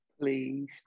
Please